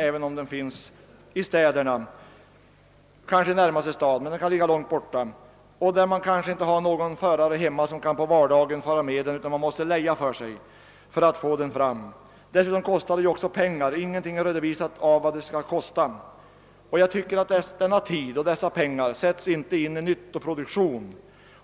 Även om den finns i närmaste stad kan den ju ligga långt borta. Kanske har man inte heller någon där hemma som kan köra bilen till kontrollen på en vardag utan måste leja en förare för att få den dit. Dessutom kostar kontrollen pengar, men ingenting är redovisat om hur mycket den skall kosta. Denna tid och dessa pengar sätts inte in i nyttoproduktion.